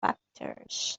factors